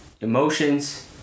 emotions